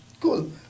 cool